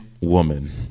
woman